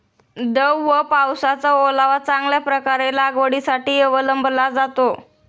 दव व पावसाचा ओलावा चांगल्या प्रकारे लागवडीसाठी अवलंबला जातो